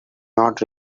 not